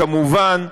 כמובן,